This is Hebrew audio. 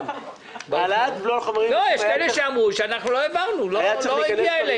יש כאלה שאמרו שאנחנו לא העברנו, לא הגיע אלינו.